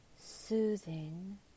soothing